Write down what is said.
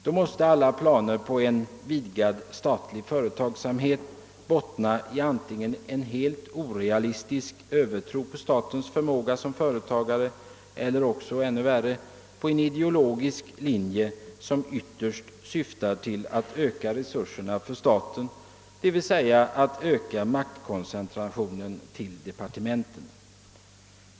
Då måste alla planer på en vidgad statlig företagsamhet bottna i antingen en helt orealistisk övertro på statens förmåga som företagare eller också — ännu värre — på en ideologisk linje, som ytterst syftar till att öka resurserna för staten, d.v.s. att öka maktkoncentrationen till departementen.